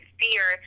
fear